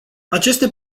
aceste